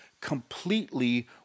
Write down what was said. completely